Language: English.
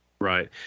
Right